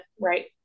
right